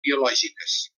biològiques